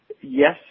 yes